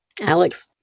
Alex